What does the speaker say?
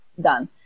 done